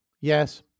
yes